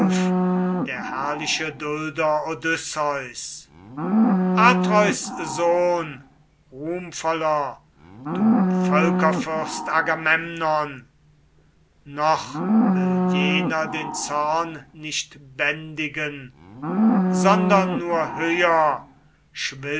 der herrliche dulder odysseus atreus sohn ruhmvoller du völkerfürst agamemnon noch will jener den zorn nicht bändigen sondern nur höher